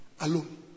Alone